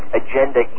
agenda